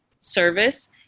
service